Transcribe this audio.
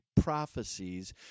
prophecies